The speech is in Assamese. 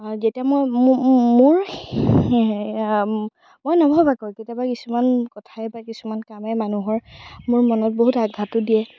যেতিয়া মোৰ মই নভৱাকৈ কেতিয়াবা কিছুমান কথাই বা কিছুমান কামে মানুহৰ মোৰ মনত বহুত আঘাতো দিয়ে